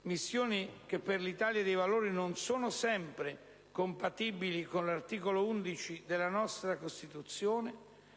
le quali per l'Italia dei Valori non sono sempre compatibili con l'articolo 11 della nostra Costituzione